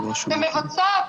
ומבצעת,